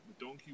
donkey